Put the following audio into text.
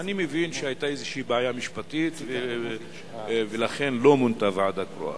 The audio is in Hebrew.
אני מבין שהיתה איזו בעיה משפטית ולכן לא מונתה ועדה קרואה.